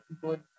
good